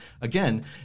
Again